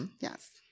Yes